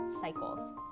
cycles